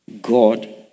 God